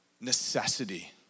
necessity